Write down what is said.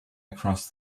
across